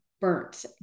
burnt